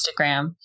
Instagram